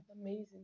amazing